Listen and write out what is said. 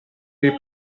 dei